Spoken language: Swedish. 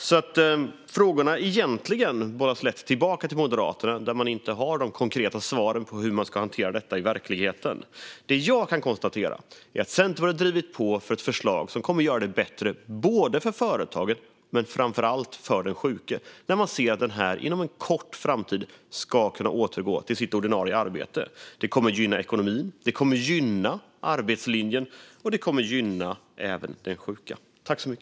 Det är egentligen lätt att bolla tillbaka frågorna till Moderaterna, som inte har de konkreta svaren när det gäller hur man ska hantera detta i verkligheten. Det jag kan konstatera är att Centerpartiet har drivit på för ett förslag som kommer att göra det bättre för företaget men framför allt för den sjuke, när man ser att denne inom en kort framtid ska kunna återgå till sitt arbete. Detta kommer att gynna ekonomin och arbetslinjen såväl som den sjuke.